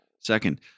Second